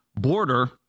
border